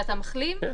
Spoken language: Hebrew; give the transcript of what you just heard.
של המכון הביולוגי.